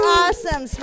awesome